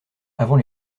avant